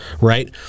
right